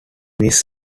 miss